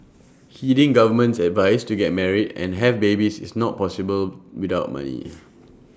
heeding government's advice to get married and have babies is not possible without money